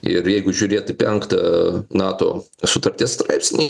ir jeigu žiūrėti į penktą nato sutarties straipsnį